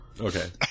Okay